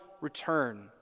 return